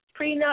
Prenup